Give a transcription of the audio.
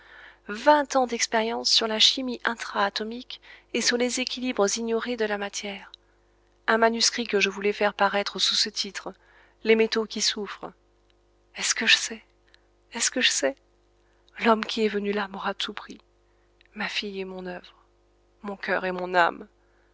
vingt ans d'expériences sur la chimie intra atomique et sur les équilibres ignorés de la matière un manuscrit que je voulais faire paraître sous ce titre les métaux qui souffrent est-ce que je sais est-ce que je sais l'homme qui est venu là m'aura tout pris ma fille et mon œuvre mon cœur et mon âme